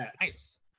nice